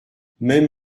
même